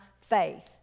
faith